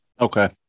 okay